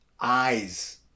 eyes